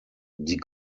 die